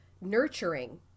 nurturing